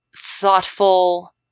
thoughtful